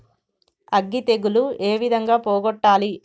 అగ్గి తెగులు ఏ విధంగా పోగొట్టాలి?